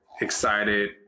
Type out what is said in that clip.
excited